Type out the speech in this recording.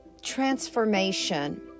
transformation